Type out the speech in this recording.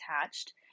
attached